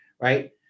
right